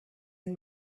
and